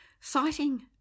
Citing